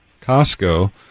Costco